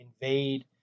invade